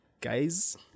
guys